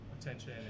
attention